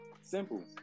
Simple